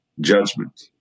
judgment